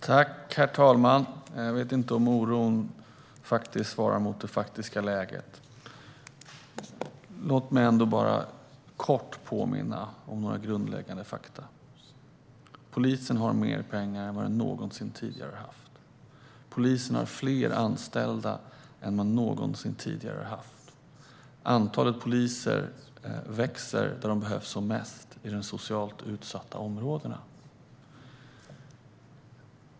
Herr talman! Jag vet inte om oron svarar mot det faktiska läget. Låt mig kort påminna om några grundläggande fakta. Polisen har mer pengar än man någonsin haft tidigare. Polisen har fler anställda än man någonsin haft tidigare. Antalet poliser växer där de behövs som mest: i de socialt utsatta områdena.